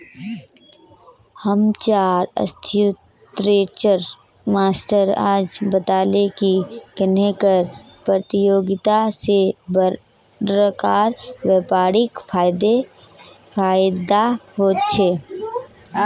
हम्चार अर्थ्शाश्त्रेर मास्टर आज बताले की कन्नेह कर परतियोगिता से बड़का व्यापारीक फायेदा होचे